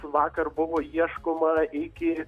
vakar buvo ieškoma iki